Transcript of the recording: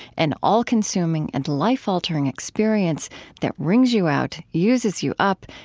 an all-consuming and life-altering experience that wrings you out, uses you up,